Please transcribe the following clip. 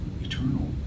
eternal